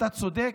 אתה צודק,